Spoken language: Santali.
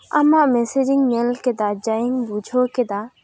ᱟᱢᱟᱜ ᱢᱮᱥᱮᱡᱽ ᱤᱧ ᱧᱮᱞ ᱠᱮᱫᱟ ᱡᱟᱧ ᱵᱩᱡᱷᱟᱹᱣ ᱠᱮᱫᱟ